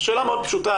שאלה מאוד פשוטה,